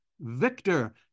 Victor